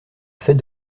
fait